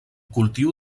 cultiu